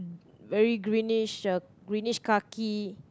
very greenish uh greenish khaki